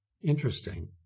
Interesting